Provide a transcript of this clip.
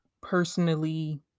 personally